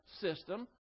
system